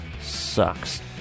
Sucks